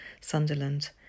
Sunderland